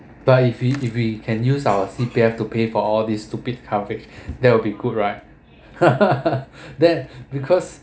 but if we if we can use our C_P_F to pay for all these stupid coverage that will be good right then because